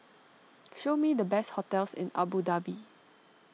show me the best hotels in Abu Dhabi